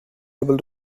able